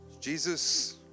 Jesus